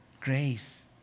grace